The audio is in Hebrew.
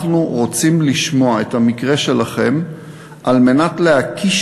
אנחנו רוצים לשמוע את המקרה שלכם על מנת להקיש